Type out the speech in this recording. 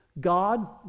God